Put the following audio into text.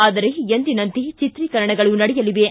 ಆದರೆ ಎಂದಿನಂತೆ ಚಿತ್ರೀಕರಣಗಳು ನಡೆಯಲಿವೆ